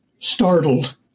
startled